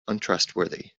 untrustworthy